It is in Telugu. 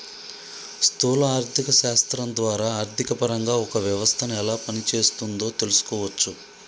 స్థూల ఆర్థిక శాస్త్రం ద్వారా ఆర్థికపరంగా ఒక వ్యవస్థను ఎలా పనిచేస్తోందో తెలుసుకోవచ్చు